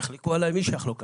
יחלקו עליי מי שיחלוק עליי.